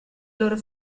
loro